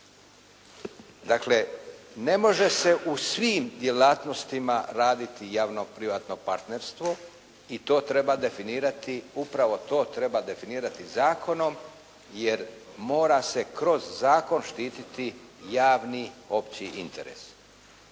Dakle ne može se u svim djelatnostima raditi javno-privatno partnerstvo i to treba definirati, upravo to treba definirati zakonom jer mora se kroz zakon štititi javni opći interes.